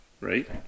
Right